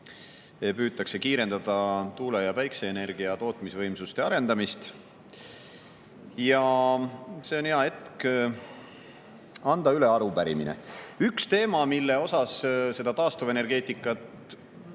püütakse kiirendada tuule‑ ja päikeseenergia tootmisvõimsuste arendamist, ja see on hea hetk anda üle arupärimine. Üks teema, mille puhul seda taastuvenergeetika